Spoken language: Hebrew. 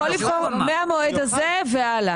הוא יכול לבחור מהמועד הזה והלאה.